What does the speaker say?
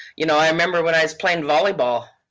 you know i remember when i was playing volleyball,